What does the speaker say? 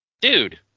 dude